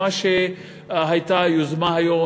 שמה שהייתה יוזמה היום,